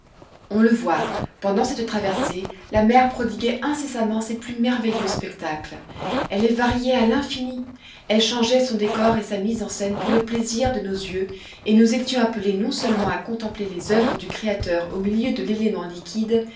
on le voit pendant cette traversée la mer prodiguait incessamment ses plus merveilleux spectacles elle les variait à l'infini elle changeait son décor et sa mise en scène pour le plaisir de nos yeux et nous étions appelés non seulement à contempler les oeuvres du créateur au milieu de l'élément liquide